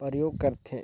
परयोग करथे